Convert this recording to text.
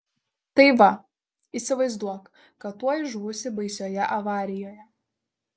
tai va įsivaizduok kad tuoj žūsi baisioje avarijoje